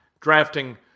drafting